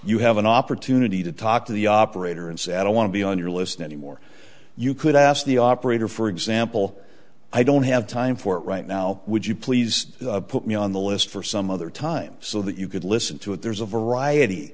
you have an opportunity to talk to the operator and said i want to be on your list any more you could ask the operator for example i don't have time for it right now would you please put me on the list for some other time so that you could listen to it there's a variety